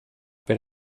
per